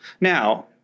Now